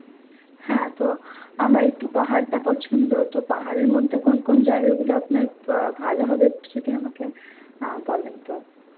হ্যাঁ তো আমার একটু পাহাড়টা পছন্দ তো পাহাড়ের মধ্যে কোন কোন জায়গাগুলো আপনার ভালো হবে একটু যদি আমাকে বলেন তো